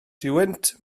duwynt